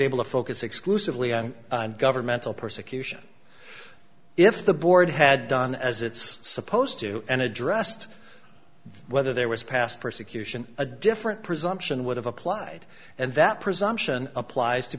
able to focus exclusively on governmental persecution if the board had done as it's supposed to and addressed whether there was past persecution a different presumption would have applied and that presumption applies to